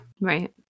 right